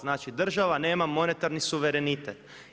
Znači, država nema monetarni suverenitet.